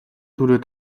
хүрээд